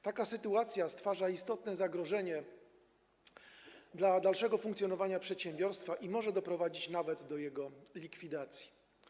Taka sytuacja stwarza istotne zagrożenie dla dalszego funkcjonowania przedsiębiorstwa i może doprowadzić nawet do jego likwidacji.